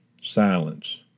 silence